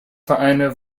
vereine